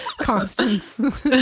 Constance